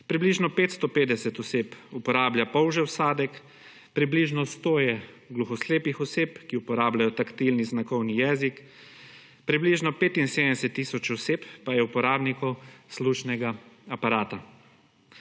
Približno 550 oseb uporablja polžji vsadek, približno sto je gluhoslepih oseb, ki uporabljajo taktilni znakovni jezik, približno 75 tisoč oseb pa je uporabnikov slušnega aparata.